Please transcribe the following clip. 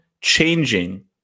changing